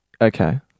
Okay